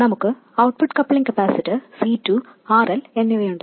നമുക്ക് output coupling capacitor C2 RL എന്നിവയുണ്ട്